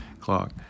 clock